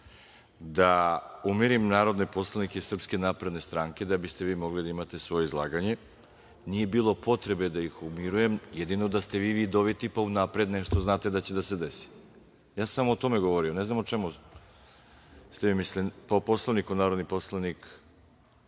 da umirim narodne poslanike SNS, da biste vi mogli da imate svoje izlaganje. Nije bilo potrebe da ih umirujem, jedino da ste vi vidoviti, pa da unapred nešto znate da će da se desi. Ja sam samo o tome govorio, ne znam o čemu ste vi mislili. Po Poslovniku, narodni poslanik